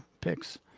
picks